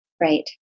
Right